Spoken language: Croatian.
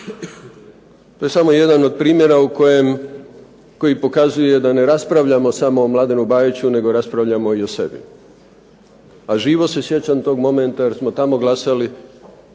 To je samo jedan od primjera koji pokazuje da ne raspravljamo samo o Mladenu Bajiću nego raspravljamo o sebi, a živo se sjećam tog momenta jer smo tamo glasali,